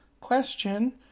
question